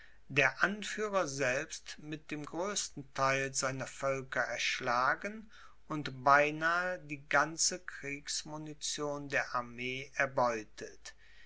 der anführer selbst mit dem größten theil seiner völker erschlagen und beinahe die ganze kriegsmunition der armee erbeutet